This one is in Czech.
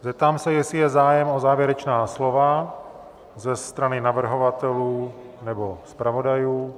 Zeptám se, jestli je zájem o závěrečná slova ze strany navrhovatelů nebo zpravodajů.